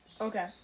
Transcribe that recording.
Okay